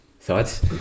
Thoughts